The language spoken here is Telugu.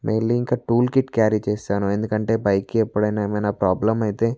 మెయిన్గా ఇంకా టూల్ కిట్ క్యారీ చేస్తారు ఎందుకంటే బైక్కి ఎప్పుడైనా ఏమైనా ప్రాబ్లం అయితే